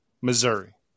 Missouri